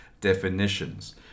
definitions